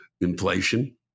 inflation